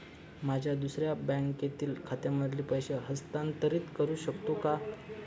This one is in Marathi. माझ्या दुसऱ्या बँकेतील खात्यामध्ये पैसे हस्तांतरित करू शकतो का?